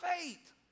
faith